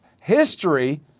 history